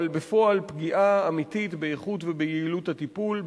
אבל בפועל פגיעה אמיתית באיכות וביעילות של הטיפול.